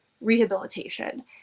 rehabilitation